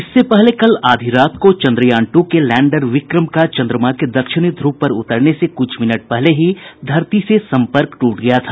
इससे पहले कल आधी रात को चन्द्रयान टू के लैंडर विक्रम का चन्द्रमा के दक्षिणी ध्रुव पर उतरने से कुछ मिनट पहले ही धरती से सम्पर्क टूट गया था